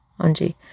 Anji